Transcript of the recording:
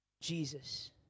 Jesus